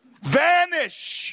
vanish